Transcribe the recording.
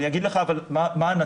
אני אומר לך מה הנתון.